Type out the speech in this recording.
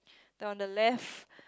then on the left